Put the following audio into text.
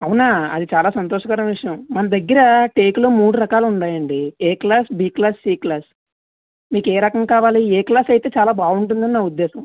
అవునా అది చాలా సంతోషకరమైన విషయం మన దగ్గిర టేకులో మూడు రకాలు ఉండాయండి A class B class C class మీకు ఏ రకం కావాలి ఎ క్లాస్ అయితే చాలా బాగుంటుందని నా ఉద్దేశం